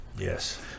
Yes